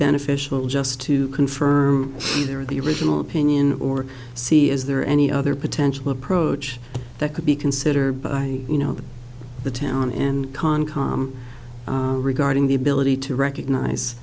beneficial just to confirm they are the original opinion or see is there any other potential approach that could be considered by you know the town and con com regarding the ability to recognize